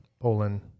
Poland